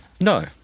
No